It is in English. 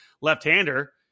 left-hander